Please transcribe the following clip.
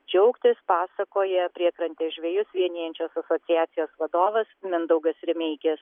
džiaugtis pasakoja priekrantės žvejus vienijančios asociacijos vadovas mindaugas rimeikis